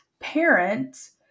parents